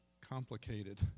complicated